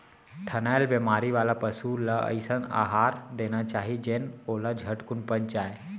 थनैल बेमारी वाला पसु ल अइसन अहार देना चाही जेन ओला झटकुन पच जाय